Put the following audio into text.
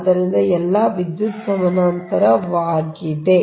ಆದ್ದರಿಂದ ಎಲ್ಲಾ ವಿದ್ಯುತ್ ಸಮಾನಾಂತರವಾಗಿದೆ